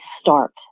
start